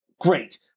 Great